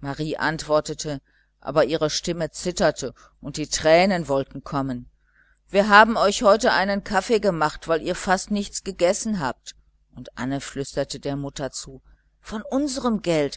marie antwortete aber ihre stimme zitterte und die tränen wollten kommen wir haben auf heute einen kaffee gemacht weil ihr fast nichts gegessen habt und anne flüsterte der mutter zu von unserem geld